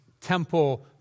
temple